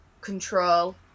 control